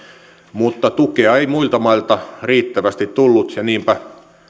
mutta tukea ei muilta mailta riittävästi tullut ja niinpä